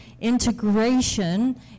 integration